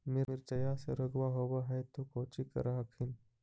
मिर्चया मे रोग्बा होब है तो कौची कर हखिन?